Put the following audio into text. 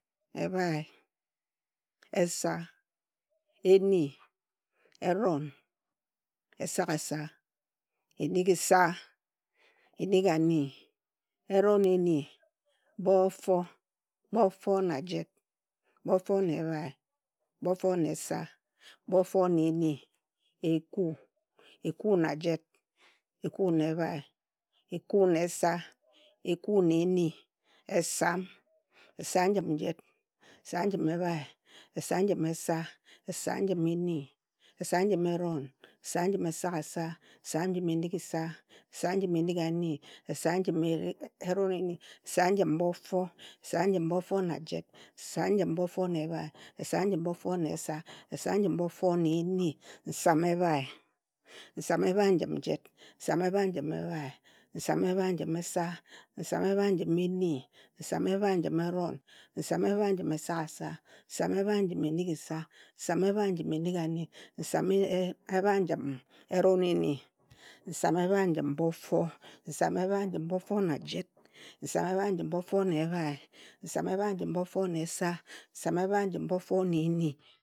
Ebhae, esa, eni eron, esagasa, enigisa, enigani, eroneni, bofo, bofo na jit, bofo na ebhae, bofo na esa, bofo na eni, eku, eku na jit, eku na ebhae, eku na esa, eku na eni, esam, esam njim jit, esam njim ebhae, esam njim esa, esam njim eni, esam njim eron, esam njim esagasa, esam njim enigisa, esam njim enigani, esam njim eri, eroneni, esan njim bofo, esam njim bofo na jit, esam njim bofo na ebhae, esam njim bofo na esa, esam njim bofo na eni, nsam ebhae, nsam ebhae njim jit, nsam ebhae njim ebhae, nsam ebhae njim esa, nsam ebhae njim eni, nsam ebhae njim eron, nsam ebhae njim esagasa, nsam ebhae njim enigisa, nsam ebhae njim enigani, nsam ebhae njim eroneni, nsam ebhae njim bofo, nsam ebhae njim bofo na jit, nsam ebhae njim bofo na ebhae, nsam ebhae njim bofo na esa, nsam ebhae njim bofo na eni